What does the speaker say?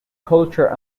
culture